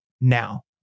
now